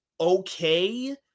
okay